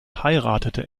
heiratete